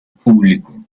público